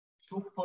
super